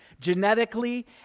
Genetically